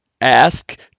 ask